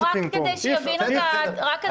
עובדתית היו שני חברי כנסת של כולנו שגם הם קשורים בנוסף,